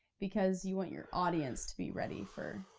because you want your audience to be ready for,